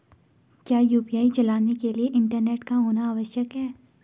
क्या यु.पी.आई चलाने के लिए इंटरनेट का होना आवश्यक है?